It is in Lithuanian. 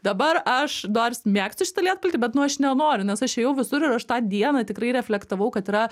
dabar aš nors mėgstu šitą lietpaltį bet nu aš nenoriu nes aš ėjau visur ir aš tą dieną tikrai reflektavau kad yra